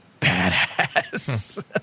badass